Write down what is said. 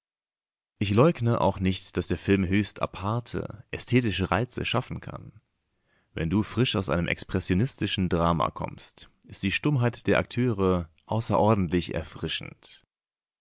ich leugne auch nicht daß der film höchst aparte ästhetische reize schaffen kann wenn du frisch aus einem expressionistischen drama kommst ist die stummheit der akteure außerordentlich erfrischend